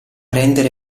rendere